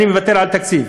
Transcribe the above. כשאני מוותר על התקציב.